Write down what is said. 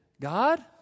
God